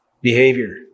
behavior